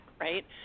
right